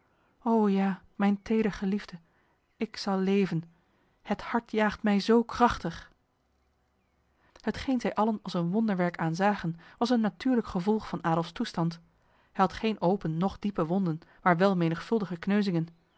ja mijn tedergeliefde ik zal leven het hart jaagt mij zo krachtig hetgeen zij allen als een wonderwerk aanzagen was een natuurlijk gevolg van adolfs toestand hij had geen open noch diepe wonden maar wel menigvuldige kneuzingen